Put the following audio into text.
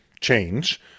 change